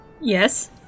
yes